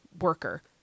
worker